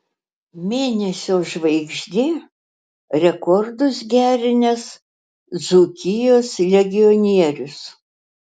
mėnesio žvaigždė rekordus gerinęs dzūkijos legionierius